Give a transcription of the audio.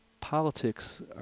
politics